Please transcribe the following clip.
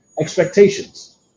expectations